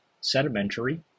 sedimentary